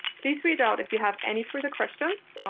please reach out if you have any further questions.